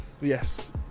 Yes